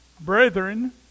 Brethren